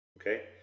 Okay